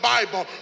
Bible